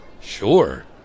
sure